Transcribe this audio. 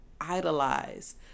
idolize